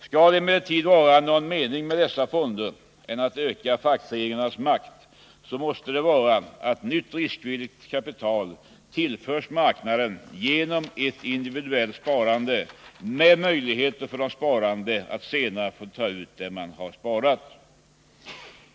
Skall det emellertid vara någon annan mening med dessa fonder än att öka fackföreningarnas makt måste nytt riskvilligt kapital tillföras marknaden genom ett individuellt sparande med möjligheter för de sparande att senare få ta ut det man sparat.